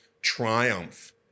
triumph